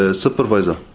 ah supervisor.